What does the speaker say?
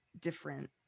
different